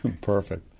Perfect